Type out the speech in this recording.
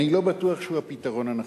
אני לא בטוח שהוא הפתרון הנכון.